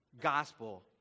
gospel